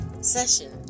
session